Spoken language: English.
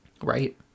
Right